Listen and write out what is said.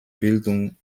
bildung